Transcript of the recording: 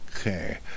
Okay